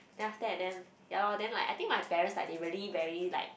then after and then yalor then like I think my parents like they really rarely like